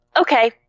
Okay